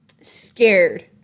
scared